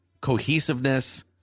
cohesiveness